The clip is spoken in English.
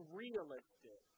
realistic